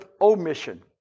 omission